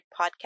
Podcast